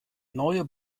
neue